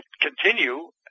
continue